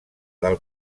del